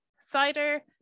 cider